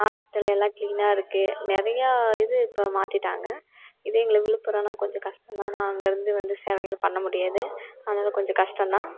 hospital எல்லாம் கிளீன்னாக இருக்கு நிறையா இது இப்போ மாற்றிட்டாங்க இது எங்களுக்கு விழுப்புரம்னா கொஞ்சம் கஷ்டம்தான் நான் அங்கேருந்து வந்து சேவைகள் பண்ண முடியாது அதனால் கொஞ்சம் கஷ்டம்தான்